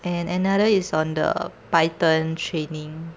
and another is on the python training